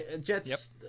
Jets –